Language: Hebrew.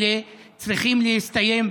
צריכים להסתיים,